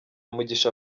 mugisha